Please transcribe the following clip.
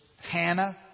Hannah